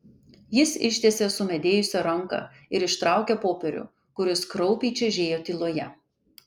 jis ištiesė sumedėjusią ranką ir ištraukė popierių kuris kraupiai čežėjo tyloje